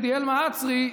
עדיאל מהצרי,